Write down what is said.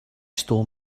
stole